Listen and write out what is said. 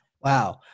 Wow